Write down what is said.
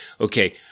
Okay